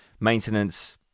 Maintenance